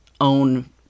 own